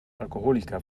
alkoholiker